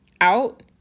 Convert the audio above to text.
out